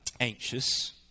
anxious